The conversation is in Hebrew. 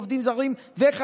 עובדים זרים וחיילים,